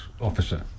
officer